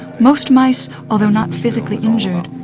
most mice, although not physically injured,